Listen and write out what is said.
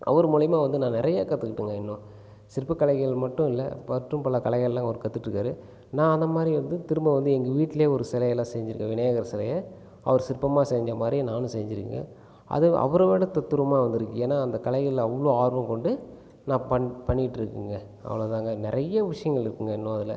அவர் மூலிமா வந்து நான் நிறைய கற்றுக்கிட்டேங்க இன்னும் சிற்பக்கலைகள் மட்டும் இல்லை மற்றும் பல கலைகளெல்லாம் அவர் கற்றுகிட்டு இருக்கார் நான் அந்த மாதிரி வந்து திரும்ப வந்து எங்கள் வீட்டிலே ஒரு சிலையெல்லாம் செஞ்சுருக்கேன் விநாயகர் சிலைய அவர் சிற்பமாக செஞ்ச மாதிரி நானும் செஞ்சுருக்கேங்க அது அவரைவிட தத்துரூபமாக வந்திருக்கு ஏன்னால் அந்த கலைகள் அவ்வளோ ஆர்வம் கொண்டு நான் பண்ணிகிட்டு இருக்கேன்ங்க அவ்வளோதாங்க நிறைய விஷயங்கள் இருக்குதுங்க இன்னும் அதில்